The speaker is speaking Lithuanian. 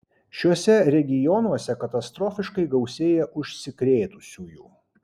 šiuose regionuose katastrofiškai gausėja užsikrėtusiųjų